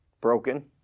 broken